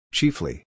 Chiefly